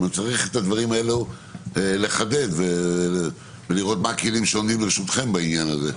צריך את הדברים האלה לחדד ולראות מה הכלים שעומדים לרשותכם בעניין הזה.